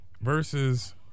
versus